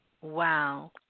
Wow